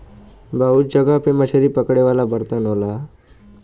बहुत जगह पे मछरी पकड़े वाला बर्तन होला